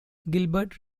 gilbert